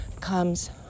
comes